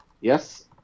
yes